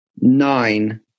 nine